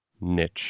niche